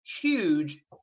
huge